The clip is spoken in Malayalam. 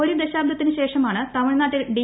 ഒരു ദശാബ്ദത്തിനു ശേഷമാണ് തമിഴ്നാട്ടിൽ ഡി